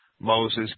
Moses